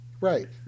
Right